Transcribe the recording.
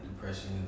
depression